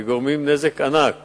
וגורמת נזק ענק